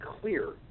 clear